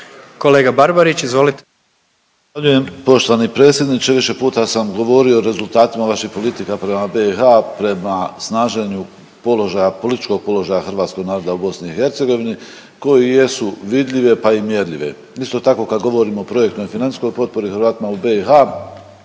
**Barbarić, Nevenko (HDZ)** Zahvaljujem. Poštovani predsjedniče više puta sam govorio o rezultatima vaših politika prema BiH, prema snaženju položaja, političkog položaja hrvatskog naroda u BiH koji jesu vidljive pa i mjerljive. Isto tako kad govorimo o projektima i financijskoj potpori Hrvatima u BiH